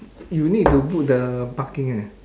you need to book the parking eh